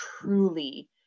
truly